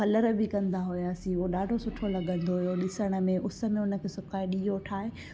colour बि कंदा हुआसीं उहो ॾाढो सुठो लॻंदो हुओ ॾिसण में उस में उन खे सुकाए ॾियो ठाहे